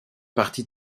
partie